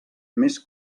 més